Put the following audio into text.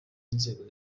inzego